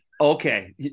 Okay